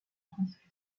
princesse